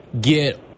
get